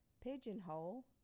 Pigeonhole